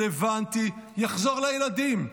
ורלוונטי שיחזור לילדים,